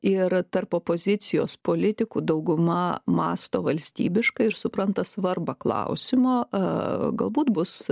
ir tarp opozicijos politikų dauguma mąsto valstybiškai ir supranta svarbą klausimo galbūt bus